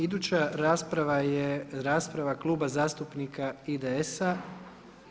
Iduća rasprava je rasprava Kluba zastupnika IDS-a.